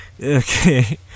Okay